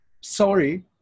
sorry